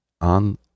on